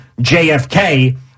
JFK